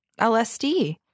LSD